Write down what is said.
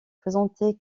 présentée